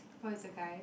oh is the guy